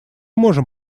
можем